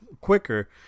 quicker